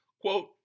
Quote